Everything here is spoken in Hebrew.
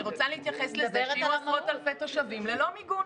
אני רוצה להתייחס לזה שיהיו עשרות אלפי תושבים ללא מיגון